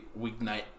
weeknight